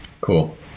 cool